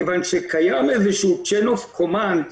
כי קיים איזשהו chain of command,